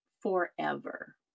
forever